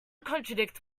contradict